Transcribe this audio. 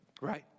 Right